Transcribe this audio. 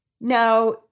Now